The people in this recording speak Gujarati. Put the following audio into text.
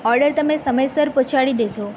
ઓર્ડર તમે સમયસર પહોંચાડી દેજો